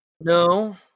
No